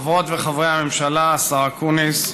חברות וחברי הממשלה, השר אקוניס,